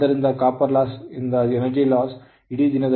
ಆದ್ದರಿಂದcopper loss ದಿಂದಾಗಿ energy loss ಇಡೀ ದಿನದಲ್ಲಿ 0